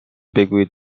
بگویید